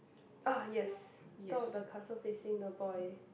oh yes door of the castle facing the boy